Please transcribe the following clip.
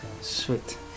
Sweet